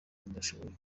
udashoboye